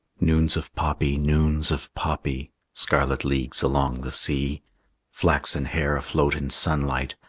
noons of poppy, noons of poppy, scarlet leagues along the sea flaxen hair afloat in sunlight,